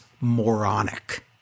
moronic